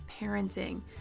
parenting